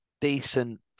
decent